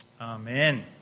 Amen